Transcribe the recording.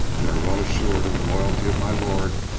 we are well assured of the loyalty of my lord,